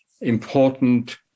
important